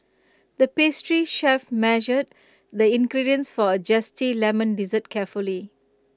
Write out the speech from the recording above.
the pastry chef measured the ingredients for A Zesty Lemon Dessert carefully